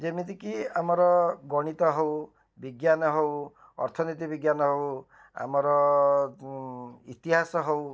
ଯେମିତିକି ଆମର ଗଣିତ ହଉ ବିଜ୍ଞାନ ହଉ ଅର୍ଥନୀତିବିଜ୍ଞାନ ହଉ ଆମର ଇତିହାସ ହଉ